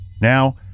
Now